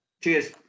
Cheers